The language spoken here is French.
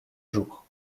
jour